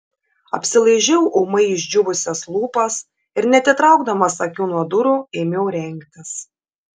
apsilaižiau ūmai išdžiūvusias lūpas ir neatitraukdamas akių nuo durų ėmiau rengtis